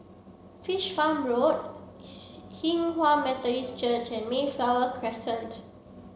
Fish Farm Road Hinghwa Methodist Church and Mayflower Crescent